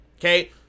okay